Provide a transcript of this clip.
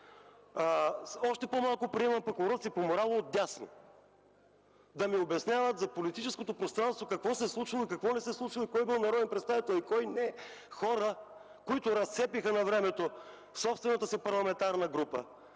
Още по-малко приемам пък уроци по морал отдясно! Да ми обясняват за политическото пространство – какво се е случило, какво не се е случило, кой бил народен представител и кой – не. Хора, които разцепиха навремето собствената си парламентарна група,